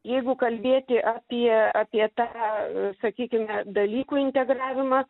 jeigu kalbėti apie apie tą sakykime dalykų integravimą